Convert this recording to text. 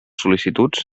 sol·licituds